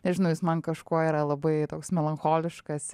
nežinau jis man kažkuo yra labai toks melancholiškas